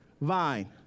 vine